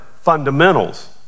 fundamentals